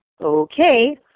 okay